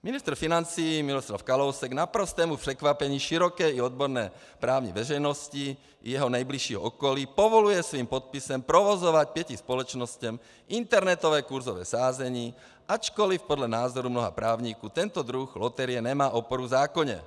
Ministr financí Miroslav Kalousek k naprostému překvapení široké i odborné právní veřejnosti i jeho nejbližšího okolí povoluje svým podpisem provozovat pěti společnostem internetové kurzové sázení, ačkoliv podle názoru mnoha právníků tento druh loterie nemá oporu v zákoně.